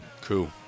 Cool